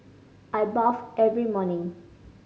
I bathe every morning